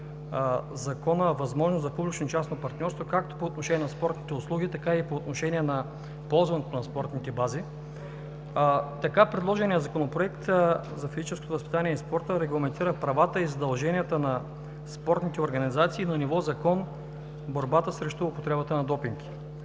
Законопроекта възможност за публично-частно партньорство както по отношение на спортните услуги, така и по отношение на ползването на спортните бази. Така предложеният Законопроект за физическото възпитание и спорта регламентира правата и задълженията на спортните организации на ниво „закон“ в борбата срещу употребата на допинг.